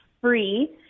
free